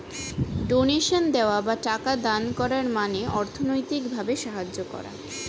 ডোনেশনে দেওয়া বা টাকা দান করার মানে অর্থনৈতিক ভাবে সাহায্য করা